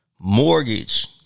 Mortgage